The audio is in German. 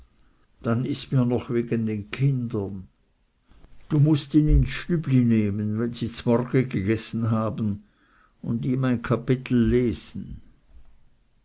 dann ist mir noch wegen den kindern du mußt ihn ins stübli nehmen wenn sie zmorge gegessen haben und ihm ein kapitel lesen